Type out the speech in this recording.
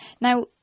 Now